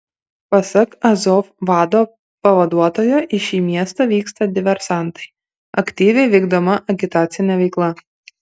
pasak azov vado pavaduotojo į šį miestą vyksta diversantai aktyviai vykdoma agitacinė veikla